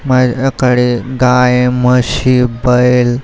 माझ्याकडे गाय म्हशी बैल